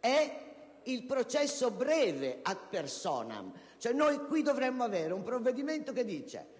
è il processo breve *ad personam*. Dovremmo cioè avere un provvedimento secondo il quale